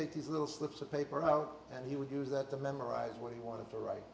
take his little slips of paper out and he would use that to memorize what he wanted to write